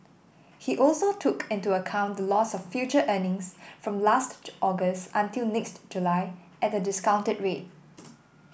he also took into account the loss of future earnings from last August until next July at a discounted rate